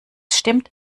stimmt